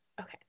Okay